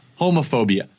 homophobia